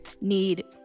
need